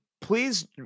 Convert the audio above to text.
please